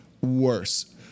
worse